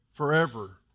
Forever